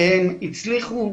שהם הצליחו,